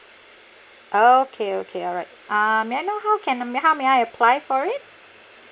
okay okay alright um may I know how can um how may I apply for it